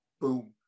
Boom